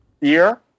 year